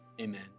amen